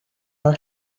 fel